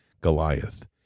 Goliath